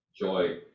joy